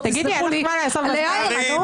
תסלחו לי --- אין לך מה לעשות בזמן הפנוי?